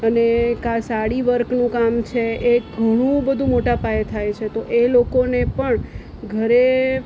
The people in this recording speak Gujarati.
અને કાં સાડી વર્કનું કામ છે એ ઘણું બધુ મોટા પાયે થાયે છે એ લોકોને પણ ઘરે